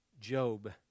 Job